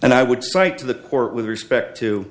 and i would cite to the court with respect to